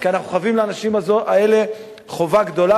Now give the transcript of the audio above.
כי אנחנו חבים לאנשים האלה חוב גדול,